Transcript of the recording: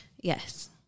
Yes